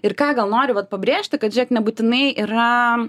ir ką gal nori vat pabrėžti kad žėk nebūtinai yra